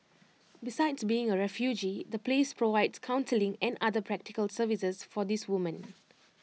besides being A refuge the place provides counselling and other practical services for these women